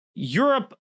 Europe